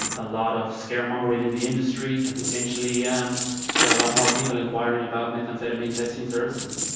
um a lot of scaremongering in the industry and potentially um yeah, a lot more people inquiring about methamphetamine testing services.